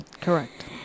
Correct